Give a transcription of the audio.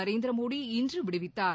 நரேந்திர மோடி இன்று விடுவித்தார்